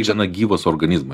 čia na gyvas organizmas